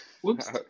Whoops